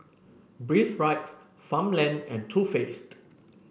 Breathe Right Farmland and Too Faced